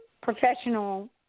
professional